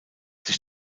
sich